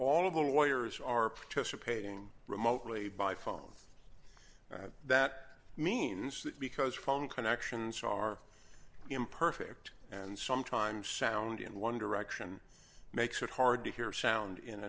all of the lawyers are participating remotely by phone that means that because phone connections are imperfect and sometimes sound in one direction makes it hard to hear sound in